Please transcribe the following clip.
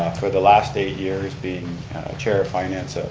for the last eight years, being chair of finance, so